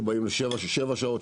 שבאים לשבע שעות,